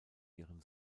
ihren